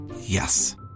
Yes